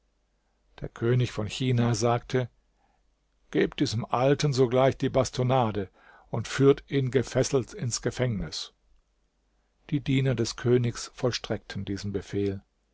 der könig von china sagte gebt diesem alten sogleich die bastonnade und führt ihn gefesselt ins gefängnis die diener des königs vollstreckten diesen befehl